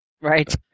Right